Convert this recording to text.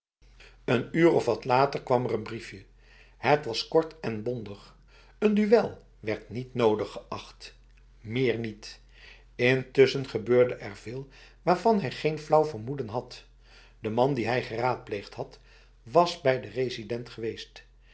een uur of wat later kwam er een briefje het was kort en bondig een duel werd niet nodig geacht meer niet intussen gebeurde er veel waarvan hij geen flauw vermoeden had de man die hij geraadpleegd had was bij de resident geweest